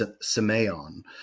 simeon